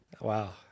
Wow